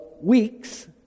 Weeks